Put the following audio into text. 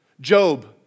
Job